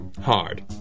Hard